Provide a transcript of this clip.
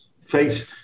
face